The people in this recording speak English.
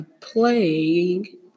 playing